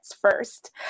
first